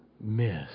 miss